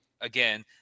again